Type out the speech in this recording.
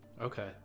Okay